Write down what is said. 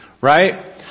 Right